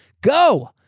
go